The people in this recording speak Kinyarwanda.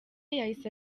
yahise